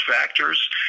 factors